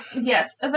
yes